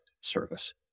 service